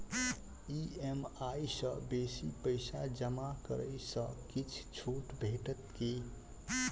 EMI सँ बेसी पैसा जमा करै सँ किछ छुट भेटत की?